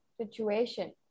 situation